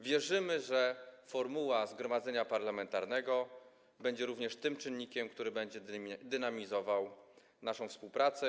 Wierzymy, że formuła zgromadzenia parlamentarnego będzie również tym czynnikiem, który będzie dynamizował naszą współpracę.